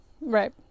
Right